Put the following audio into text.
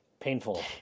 painful